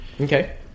Okay